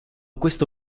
questo